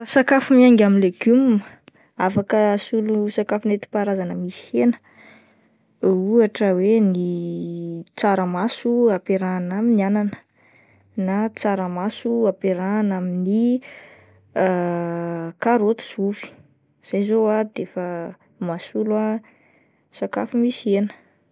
Ny sakafo miainga amin'ny legioma afaka asolo sakafo nentim-paharazana misy hena ohatra hoe ny tsaramaso ampiarahana amin'ny anana, na tsaramaso ampiarahana amin'ny karoty sy ovy, izay zao ah de efa mahasolo ah sakafo misy hena.